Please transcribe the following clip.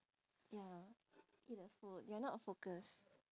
ya eat the food they are not focused